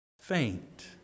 faint